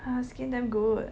her skin damn good